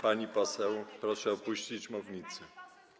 Pani poseł, proszę opuścić mównicę.